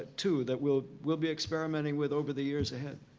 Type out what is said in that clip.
too, that we'll we'll be experimenting with over the years ahead.